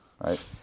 right